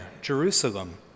Jerusalem